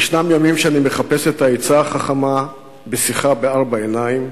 ישנם ימים שאני מחפש את העצה החכמה בשיחה בארבע עיניים.